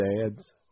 dad's